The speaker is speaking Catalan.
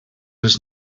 les